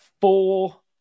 four